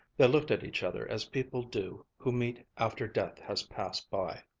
they looked at each other as people do who meet after death has passed by.